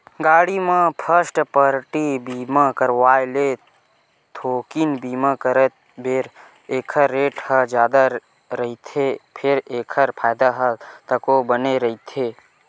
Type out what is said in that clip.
गाड़ी म first party बीमा करवाय ले थोकिन बीमा करत बेरा ऐखर रेट ह जादा रहिथे फेर एखर फायदा ह तको बने रहिथे